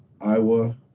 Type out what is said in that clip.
Iowa